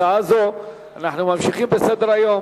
אנחנו ממשיכים בסדר-היום: